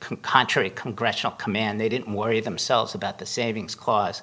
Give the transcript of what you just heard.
contrary congressional command they didn't worry themselves about the savings cause